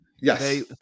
Yes